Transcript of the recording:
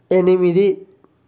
ఎనిమిది